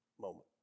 moment